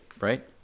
Right